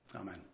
Amen